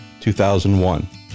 2001